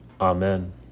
Amen